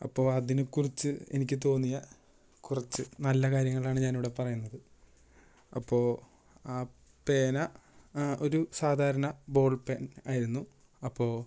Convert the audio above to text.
അപ്പോൾ അതിനെക്കുറിച്ച് എനിക്ക് തോന്നിയ കുറച്ച് നല്ല കാര്യങ്ങളാണ് ഞാൻ ഇവിടെ പറയുന്നത് അപ്പോൾ ആ പേന ഒരു സാധാരണ ബോൾ പെൻ ആയിരുന്നു അപ്പോൾ